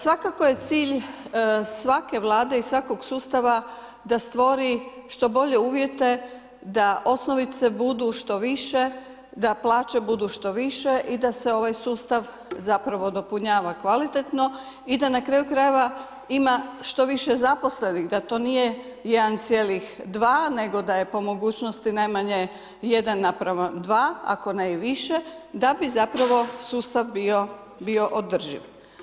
Svakako je cilj svake Vlade i svakog sustava da stvori što bolje uvjete da osnovice budu što više, da plaće budu što više i da se ovaj sustav zapravo dopunjava kvalitetno i da nakraju krajeva ima što više zaposlenih, da to nije 1,2 nego da je po mogućnosti najmanje 1 naprema 2 ako ne i više, da bi zapravo sustav bio održiv.